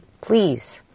Please